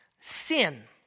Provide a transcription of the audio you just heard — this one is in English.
sin